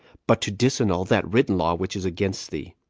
but to disannul that written law which is against thee,